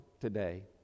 today